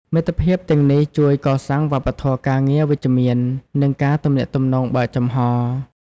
មិត្តភាពទាំងនេះជួយកសាងវប្បធម៌ការងារវិជ្ជមាន និងការទំនាក់ទំនងបើកចំហរ។